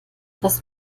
das